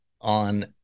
on